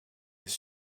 his